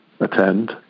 attend